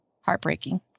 heartbreaking